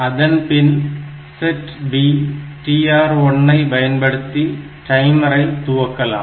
அதன்பின் SETB TR1 ஐ பயன்படுத்தி டைமரை துவக்கலாம்